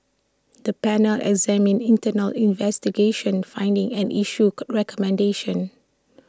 the panel examined internal investigation findings and issued recommendations